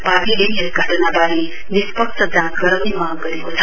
पार्टीले यस घटनावारे निस्पक्ष जाँच गराउने मांग गरेको छ